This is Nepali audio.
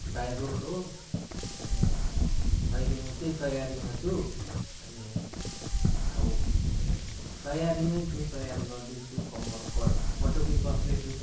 बाई रोड हो अनि अहिले म त्यही तयारीमा छु अनि अब तयारीमै छु तयारी गर्दैछु कम्मर पटुकी कस्दैछु